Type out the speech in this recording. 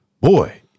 Boy